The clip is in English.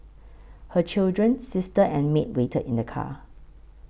her children sister and maid waited in the car